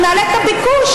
נעלה את הביקוש,